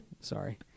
Sorry